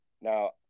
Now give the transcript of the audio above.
Now